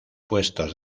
puestos